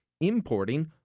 importing